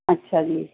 ਅੱਛਾ ਜੀ